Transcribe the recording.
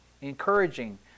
encouraging